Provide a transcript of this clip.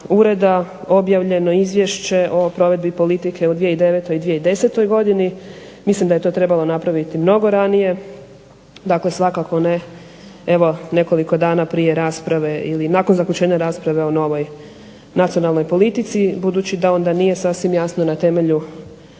ureda objavljeno Izvješće o provedbi politike u 2009. i 2010. godini. Mislim da je to trebalo napraviti mnogo ranije. Dakle, svakako ne evo nekoliko dana prije rasprave ili nakon zaključenja rasprave o novoj nacionalnoj politici, budući da onda nije sasvim jasno na temelju